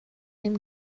dem